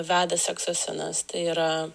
veda sekso scenas tai yra